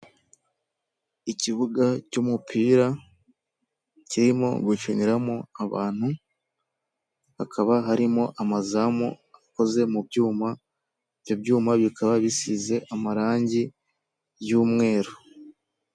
Ikibuga cy'umupira kirimo gukiniramo abantu, hakaba harimo amazamu akoze mu byuma, ibyo byuma bikaba bisize amarangi y'umweru.